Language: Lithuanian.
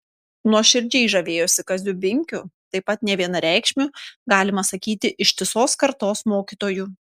nuoširdžiai žavėjosi kaziu binkiu taip pat nevienareikšmiu galima sakyti ištisos kartos mokytoju